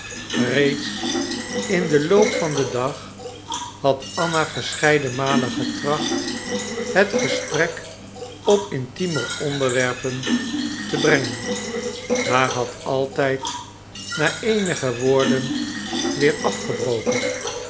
reeds in den loop van den dag had anna verscheiden malen getracht het gesprek op intiemer onderwerpen te brengen maar had altijd na eenige woorden weer afgebroken